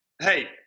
hey